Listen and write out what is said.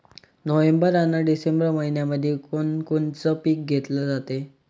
November अन December मइन्यामंधी कोण कोनचं पीक घेतलं जाते?